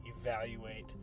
evaluate